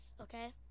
Okay